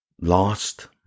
lost